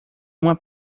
uma